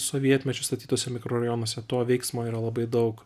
sovietmečiu statytuose mikrorajonuose to veiksmo yra labai daug